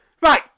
Right